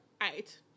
right